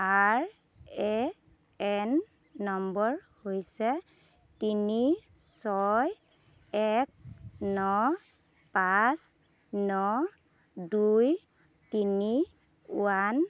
R A N number হৈছে তিনি ছয় এক ন পাঁচ ন দুই তিনি এক